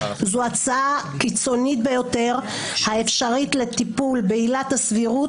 זו ההצעה הקיצונית ביותר האפשרית לטיפול בעילת הסבירות,